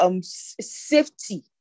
safety